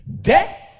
Death